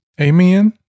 Amen